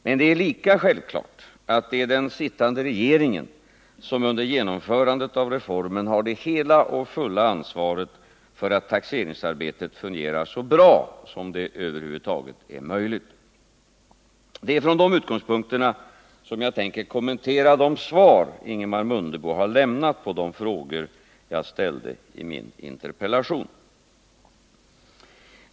Men det är lika självklart att det är den sittande regeringen som under genomförandet av reformen bär hela ansvaret för att taxeringsarbetet fungerar så bra som det över huvud taget är möjligt. Det är från dessa utgångspunkter som jag tänker kommentera Ingemar Mundebos svar på de frågor som jag ställt i min interpellation.